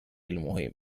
المهم